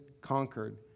conquered